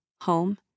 home